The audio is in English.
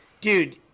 dude